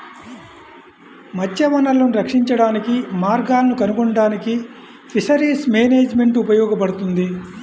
మత్స్య వనరులను రక్షించడానికి మార్గాలను కనుగొనడానికి ఫిషరీస్ మేనేజ్మెంట్ ఉపయోగపడుతుంది